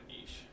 niche